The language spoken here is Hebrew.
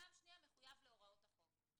ופעם שנייה מחויב להוראות החוק.